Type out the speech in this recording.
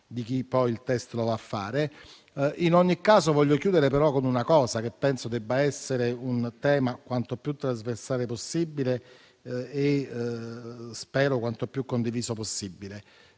di chi poi il *test* va a fare. In ogni caso, voglio chiudere il mio intervento con un tema che penso debba essere quanto più trasversale possibile e spero quanto più condiviso possibile.